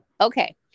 Okay